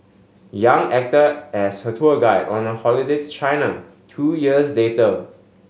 Yang acted as her tour guide on a holiday to China two years later